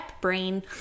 brain